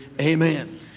amen